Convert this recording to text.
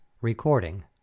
Recording